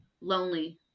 lonely